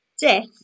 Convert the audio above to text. Death